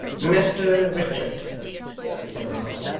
mr richard said brass,